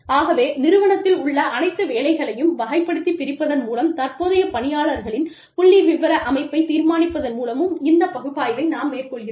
ஆகவே நிறுவனத்தில் உள்ள அனைத்து வேலைகளையும் வகைப்படுத்தி பிரிப்பதன் மூலம் தற்போதைய பணியாளர்களின் புள்ளி விவர அமைப்பைத் தீர்மானிப்பதன் மூலமும் இந்த பகுப்பாய்வை நாம் மேற்கொள்கிறோம்